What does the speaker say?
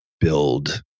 build